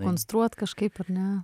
konstruot kažkaip ar ne